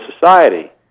society